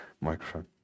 Microphone